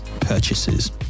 purchases